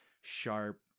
sharp